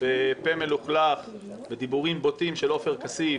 בפה מלוכלך ובדיבורים בוטים של עופר כסיף,